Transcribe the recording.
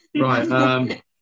Right